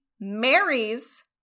marries